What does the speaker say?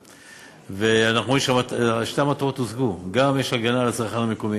אנחנו אומרים ששתי המטרות הושגו: גם יש הגנה על היצרן המקומי,